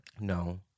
No